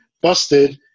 busted